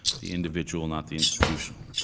the individual, not the institutional.